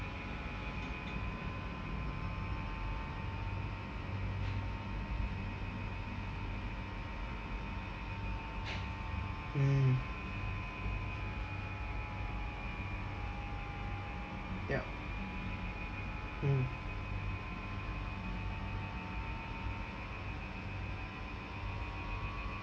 mm yup hmm